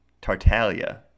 Tartaglia